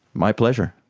my pleasure.